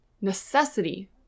necessity